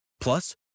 Plus